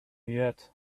yet